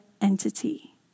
entity